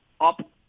up